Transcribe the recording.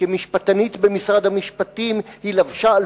כמשפטנית במשרד המשפטים היא לבשה על